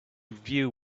view